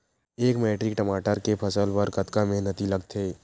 एक मैट्रिक टमाटर के फसल बर कतका मेहनती लगथे?